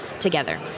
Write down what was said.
together